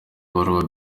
ibaruwa